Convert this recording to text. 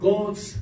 God's